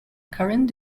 current